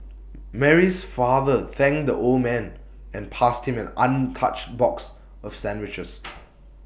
Mary's father thanked the old man and passed him an untouched box of sandwiches